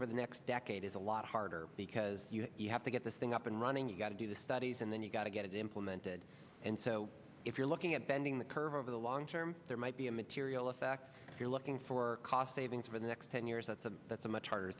over the next decade is a lot harder because you have to get the thing up and running you've got to do the studies and then you've got to get it implemented and so if you're looking at bending the curve over the long term there might be a material effect if you're looking for cost savings for the next ten years that's a that's a much harder